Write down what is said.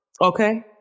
okay